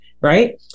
right